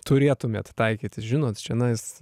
turėtumėt taikytis žinot čionais